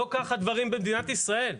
לא כך הדברים במדינת ישראל.